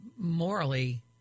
morally